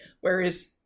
whereas